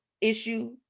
issue